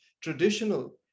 traditional